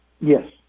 Yes